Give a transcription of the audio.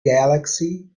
galaxy